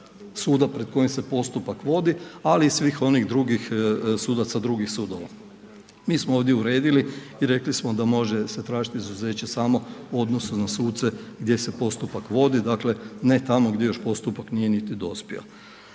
suda pred kojim se postupak vodi, ali i svih onih drugih sudaca drugih sudova. Mi smo ovdje uredili i rekli smo da se može tražiti izuzeće samo u odnosu na suce gdje se postupak vodi, dakle ne tamo gdje još postupak nije niti dospio.